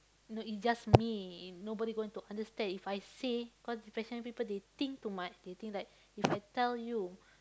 no it's just me nobody going to understand if I say cause depression people they think too much they think like if I tell you